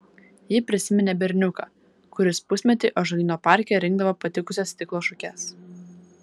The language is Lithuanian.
ji prisiminė berniuką kuris pusmetį ąžuolyno parke rinkdavo patikusias stiklo šukes